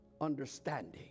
understanding